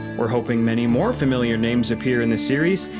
we're hoping many more familiar names appear in the series,